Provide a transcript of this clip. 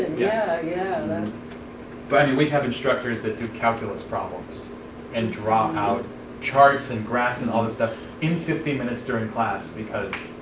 yeah yeah and and but and we have instructors that do calculus problems and draw out charts and graphs and all that stuff in fifteen minutes during class, because